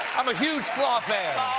i'm a huge flaw fan.